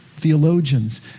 theologians